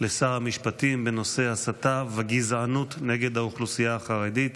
לשר המשפטים בנושא: הסתה וגזענות נגד האוכלוסייה החרדית.